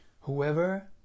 whoever